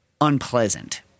unpleasant